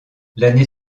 l’année